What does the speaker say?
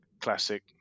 classic